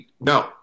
no